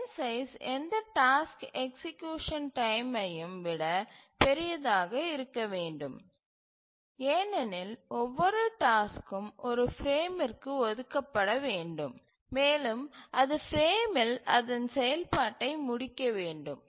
frame size எந்த டாஸ்க்கு execution டைம்மையும் விட பெரியதாக இருக்க வேண்டும் ஏனெனில் ஒவ்வொரு டாஸ்க்கும் ஒரு பிரேமிற்கு ஒதுக்கப்பட வேண்டும் மேலும் அது பிரேமில் அதன் செயல்பாட்டை முடிக்க வேண்டும்